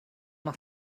noch